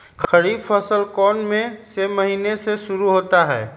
खरीफ फसल कौन में से महीने से शुरू होता है?